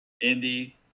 Indy